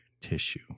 tissue